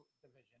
division